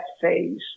phase